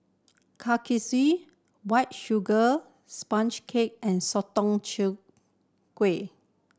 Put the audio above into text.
Kuih Kaswi White Sugar Sponge Cake and sotong char gui